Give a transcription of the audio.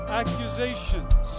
accusations